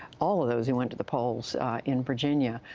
all of those who went to the polls in virginia.